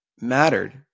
mattered